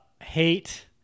hate